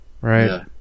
Right